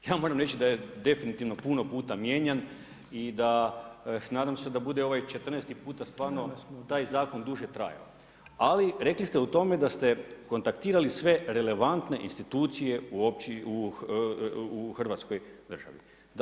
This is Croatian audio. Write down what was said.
Ja moram reći da je definitivno puta mijenjan i da nadam se da bude ovaj 14. puta stvarno taj zakon duže trajao, ali rekli ste u tome da ste kontaktirali sve relevantne institucije u hrvatskoj državi.